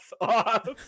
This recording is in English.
off